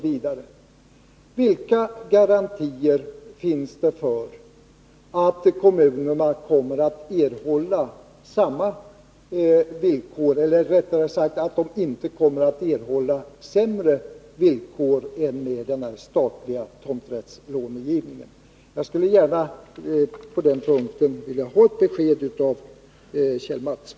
Vilka garantier finns det för att kommunerna inte kommer att erhålla sämre villkor än med den statliga tomträttslånegivningen? Jag skulle gärna vilja ha ett besked på den punkten av Kjell Mattsson.